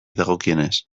dagokienez